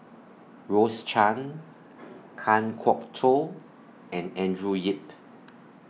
Rose Chan Kan Kwok Toh and Andrew Yip